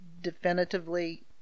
definitively